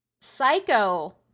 psycho